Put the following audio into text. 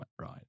right